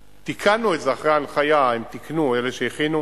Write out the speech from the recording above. תיקנו את זה אחרי ההנחיה, הם תיקנו, אלה שהכינו.